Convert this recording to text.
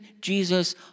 Jesus